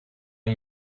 een